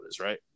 right